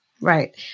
Right